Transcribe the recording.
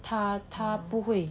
他他不会